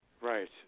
Right